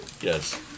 Yes